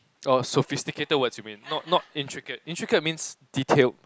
oh sophisticated words you mean not not intricate intricate means detailed